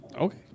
Okay